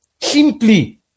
simply